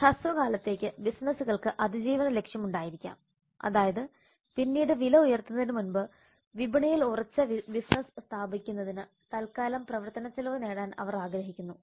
ഹ്രസ്വകാലത്തേക്ക് ബിസിനസ്സുകൾക്ക് അതിജീവന ലക്ഷ്യം ഉണ്ടായിരിക്കാം അതായത് പിന്നീട് വില ഉയർത്തുന്നതിനു മുമ്പ് വിപണിയിൽ ഉറച്ച ബിസിനസ്സ് സ്ഥാപിക്കുന്നതിന് തൽക്കാലം പ്രവർത്തനച്ചെലവ് നേടാൻ അവർ ആഗ്രഹിക്കുന്നു